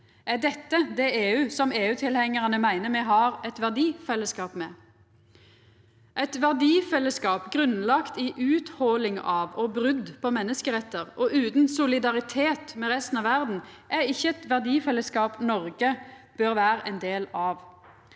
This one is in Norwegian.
Er dette det EU som EU-tilhengjarane meiner me har eit verdifellesskap med? Eit verdifellesskap grunnlagt i utholing av og brot på menneskerettar, og utan solidaritet med resten av verda, er ikkje eit verdifellesskap Noreg bør vera ein del av.